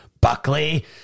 Buckley